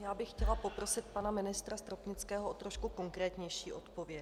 Chtěla bych poprosit pana ministra Stropnického o trošku konkrétnější odpověď.